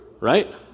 right